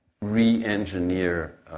re-engineer